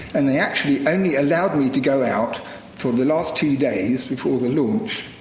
and they actually only allowed me to go out for the last two days before the launch.